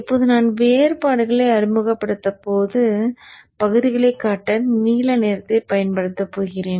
இப்போது நான் வேறுபாடுகளை அறிமுகப்படுத்தப் போகும் பகுதிகளைக் காட்ட நீல நிறத்தைப் பயன்படுத்தப் போகிறேன்